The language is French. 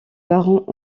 barons